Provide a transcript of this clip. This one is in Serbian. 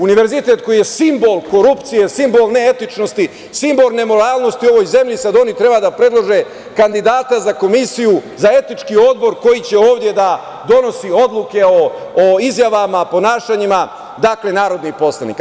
Univerzitet koji je simbol korupcije, simbol neetičnosti, simbol nemoralnosti u ovoj zemlji, sada oni treba da predlože kandidata za komisiju, za etički Odbor koji će ovde da donosi odluke o izjavama, ponašanjima narodnih poslanika.